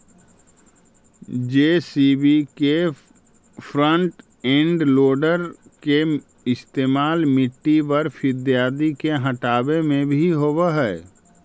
JCB के front end loader के इस्तेमाल मिट्टी, बर्फ इत्यादि के हँटावे में भी होवऽ हई